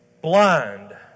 Blind